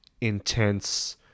intense